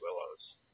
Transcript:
Willows